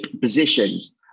positions